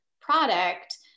product